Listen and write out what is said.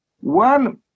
One